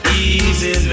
easy